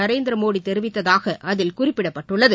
நரேந்திரமோடி தெரிவித்ததாக அதில் குறிப்பிடப்பட்டுள்ளது